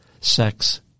sex